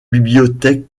bibliothèque